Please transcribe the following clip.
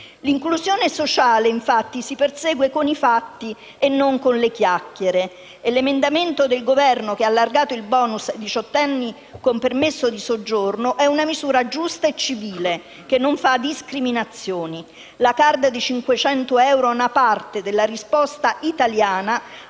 L'inclusione sociale si persegue con i fatti e non con le chiacchiere e l'emendamento del Governo che ha allargato il *bonus* ai diciottenni con permesso di soggiorno è una misura giusta e civile, che non crea discriminazioni. La *card* di 500 euro è parte della risposta italiana